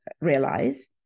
realize